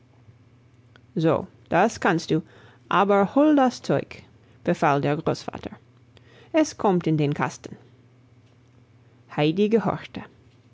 so das kannst du aber hol das zeug befahl der großvater es kommt in den kasten heidi gehorchte